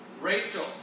Rachel